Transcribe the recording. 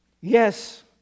Yes